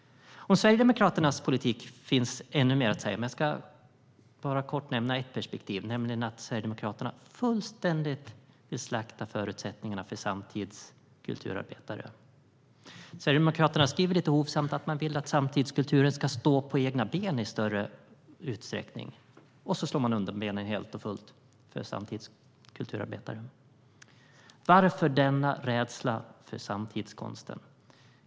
Om Sverigedemokraternas politik finns ännu mer att säga. Jag ska bara kort nämna ett perspektiv, nämligen att Sverigedemokraterna vill fullständigt slakta förutsättningarna för samtidskulturarbetare. Sverigedemokraterna skriver lite hovsamt att man vill att samtidskulturen ska stå på egna ben i större utsträckning - och slår undan benen helt och fullt på samtidskulturarbetarna. Varför denna rädsla för samtidskonsten?